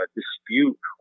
dispute